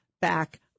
back